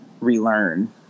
relearn